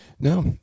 No